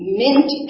mint